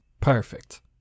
Perfect